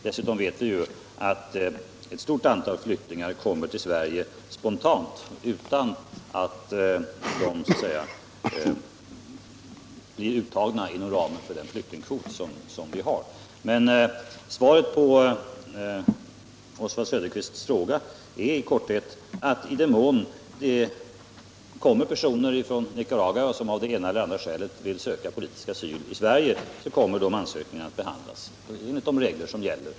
Dessutom vet vi att ett stort antal flyktingar kommer till Sverige spontant utan att bli uttagna inom ramen för flyktingkvoten. Svaret på Oswald Söderqvists fråga är i korthet att i den mån det kommer personer från Nicaragua som av det ena eller andra skälet vill söka politisk asyl i Sverige, så kommer de ansökningarna att behandlas enligt de regler som gäller.